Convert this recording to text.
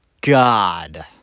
God